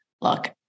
look